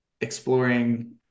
exploring